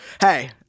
Hey